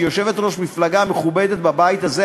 שהיא יושבת-ראש מפלגה מכובדת בבית הזה,